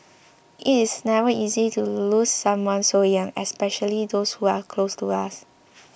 it is never easy to lose someone so young especially those who are close to us